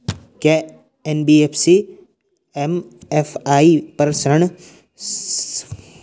क्या NBFC MFI पर ऋण संकेन्द्रण मानदंड लागू हैं?